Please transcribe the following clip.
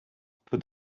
put